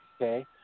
Okay